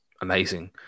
amazing